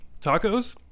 Tacos